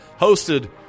hosted